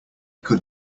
could